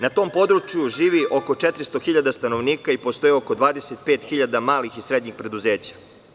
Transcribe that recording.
Na tom području živi oko 400.000 stanovnika i postoji oko 25.000 malih i srednjih preduzeća.